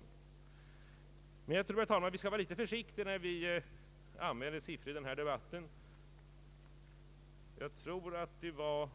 Herr talman! Jag tror dock att vi skall vara litet försiktiga när vi använder siffror i denna debatt. Jag vill minnas att det var